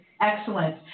Excellent